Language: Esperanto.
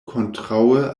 kontraŭe